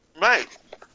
Right